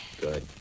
Good